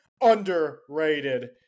Underrated